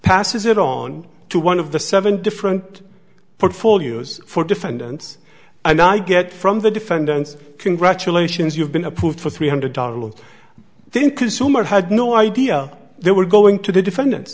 passes it on to one of the seven different portfolios for defendants and i get from the defendants congratulations you've been approved for three hundred dollars then consumer had no idea they were going to the defendant